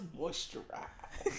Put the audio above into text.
moisturize